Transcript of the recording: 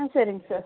ஆ சரிங்க சார்